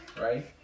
right